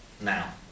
now